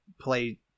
play